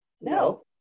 No